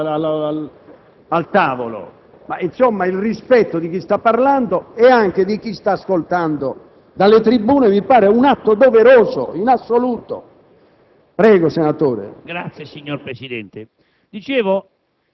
noi. Nessuno vuole legare i colleghi allo scranno, ma il rispetto di chi sta parlando e anche di chi sta ascoltando dalle tribune mi pare un atto doveroso in assoluto.